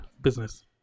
business